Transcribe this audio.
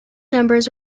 numbers